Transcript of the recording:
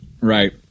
right